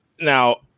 Now